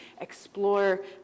explore